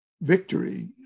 victory